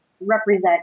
represent